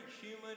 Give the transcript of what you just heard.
human